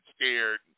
scared